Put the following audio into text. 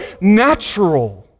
natural